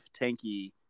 tanky